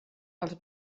els